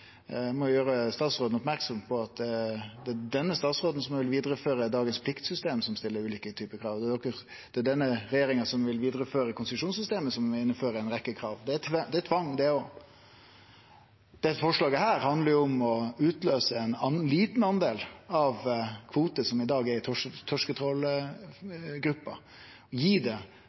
Eg må gjere statsråden oppmerksam på at det er denne statsråden som ville vidareføre dagens pliktsystem som stiller ulike typar krav. Det er denne regjeringa som vil vidareføre konsesjonssystemet som vil innføre ei rekkje krav. Det er tvang, det også. Dette forslaget handlar om å utløyse ein liten andel av kvotar som i dag er i torsketrålgruppa, og gi det